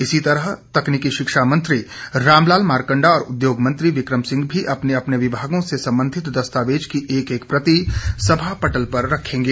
इसी तरह तकनीकी शिक्षा मंत्री रामलाल मार्कंडा और उद्योग मंत्री विक्रम सिंह भी अपने अपने विभागों से संबंधित दस्तावेज की एक एक प्रति सभा पटल पर रखेंगे